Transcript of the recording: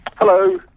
Hello